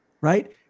right